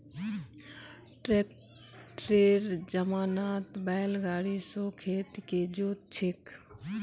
ट्रैक्टरेर जमानात बैल गाड़ी स खेत के जोत छेक